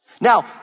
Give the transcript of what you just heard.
Now